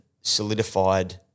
solidified